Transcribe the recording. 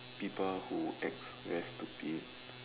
people who act very stupid